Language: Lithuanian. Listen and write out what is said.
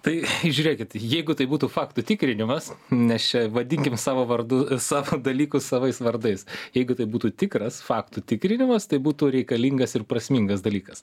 tai žiūrėkit jeigu tai būtų faktų tikrinimas nes čia vadinkim savo vardu savo dalykus savais vardais jeigu tai būtų tikras faktų tikrinimas tai būtų reikalingas ir prasmingas dalykas